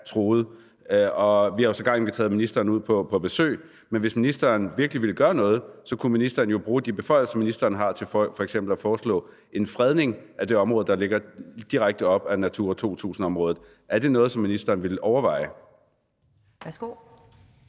truet. Vi har sågar inviteret ministeren på besøg. Men hvis ministeren virkelig vil gøre noget, kunne ministeren jo bruge de beføjelser, som ministeren har, til f.eks. at foreslå en fredning af det område, der ligger direkte op ad Natura 2000-området. Er det noget, som ministeren vil overveje? Kl.